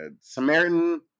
Samaritan